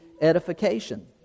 edification